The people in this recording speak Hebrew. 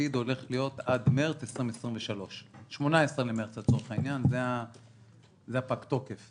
הולך להיות בתפקיד עד ה-18 במרץ 2023. זה הפג תוקף.